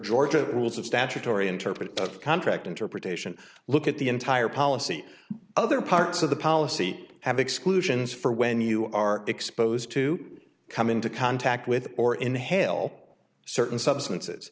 georgia rules of statutory interpret that contract interpretation look at the entire policy other parts of the policy have exclusions for when you are exposed to come into contact with or inhale certain substances